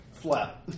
flat